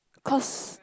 cause